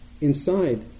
inside